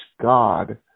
God